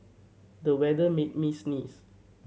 the weather made me sneeze